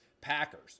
Packers